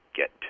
get